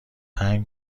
هنگ